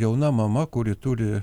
jauna mama kuri turi